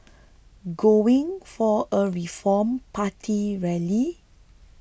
going for a Reform Party rally